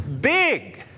big